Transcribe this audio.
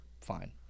fine